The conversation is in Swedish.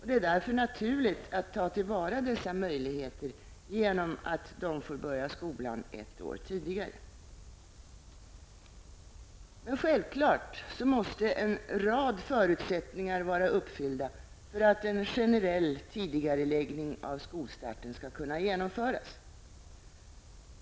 Det är därför naturligt att ta till vara dessa möjligheter genom att de får börja skolan ett år tidigare. Självklart måste en rad förutsättningar vara uppfyllda för att en generell tidigareläggning av skolstarten skall kunna genomföras.